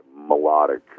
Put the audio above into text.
melodic